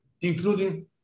including